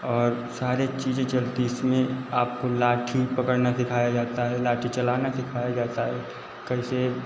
और सारे चीज़ें चलती इसमें आपको लाठी पकड़ना सिखाया जाता है लाठी चलाना सिखाया जाता है कैसे